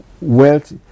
wealth